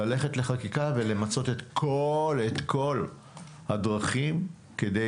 אלא ללכת לחקיקה ולמצות את כל הדרכים כדי